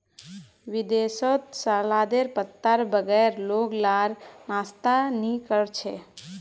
विदेशत सलादेर पत्तार बगैर लोग लार नाश्ता नि कोर छे